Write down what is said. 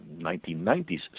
1990s